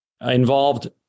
involved